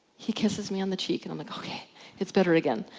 he kisses me on the cheek and i'm like, ok it's better again.